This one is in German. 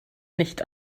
nicht